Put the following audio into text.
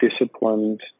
disciplined